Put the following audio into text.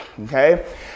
okay